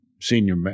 senior